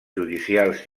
judicials